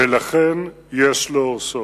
ולכן יש להורסו.